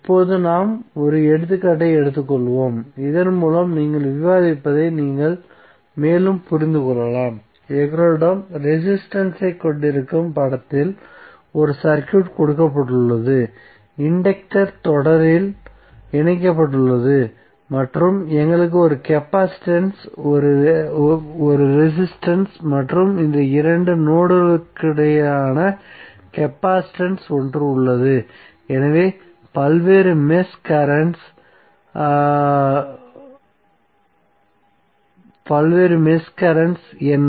இப்போது நாம் ஒரு எடுத்துக்காட்டை எடுத்துக்கொள்வோம் இதன்மூலம் நாங்கள் விவாதிப்பதை நீங்கள் மேலும் புரிந்து கொள்ளலாம் எங்களிடம் ரெசிஸ்டன்ஸ் ஐக் கொண்டிருக்கும் படத்தில் ஒரு சர்க்யூட் கொடுக்கப்பட்டுள்ளது இன்டக்டர் தொடரில் இணைக்கப்பட்டுள்ளது மற்றும் எங்களுக்கு ஒரு கெபாசிட்டன்ஸ் ஒரு ரெசிஸ்டன்ஸ் மற்றும் இந்த இரண்டு நோட்களுக்கிடையேயான கெபாசிட்டன்ஸ் ஒன்று உள்ளது எனவே பல்வேறு மெஷ் கரண்ட்ஸ் என்ன